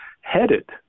headed